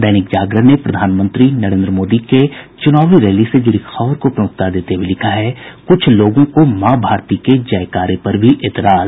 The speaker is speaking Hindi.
दैनिक जागरण ने प्रधानमंत्री नरेन्द्र मोदी के चुनावी रैली से जुड़ी खबर को प्रमुखता देते हुये लिखा है कुछ लोगों को माँ भारती के जयकारे पर भी एतराज